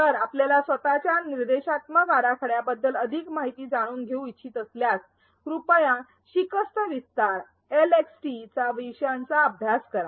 तर आपल्याला स्वतःच निर्देशात्मक आराखड्या बद्दल अधिक माहिती जाणून घेऊ इच्छित असल्यास कृपया 'शिकत विस्तार' एलएक्सटी या विषयांचा अभ्यास करा